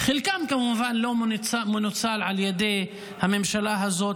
חלקם כמובן לא מנוצלים על ידי הממשלה הזו